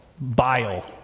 bile